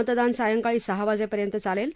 मतदान सांयकाळी सहा वाजेपर्यंत चालेल